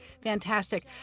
Fantastic